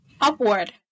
Upward